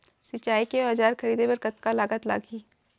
सिंचाई के औजार खरीदे बर कतका लागत लागही?